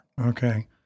Okay